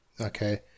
Okay